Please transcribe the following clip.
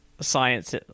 science